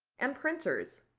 and printers.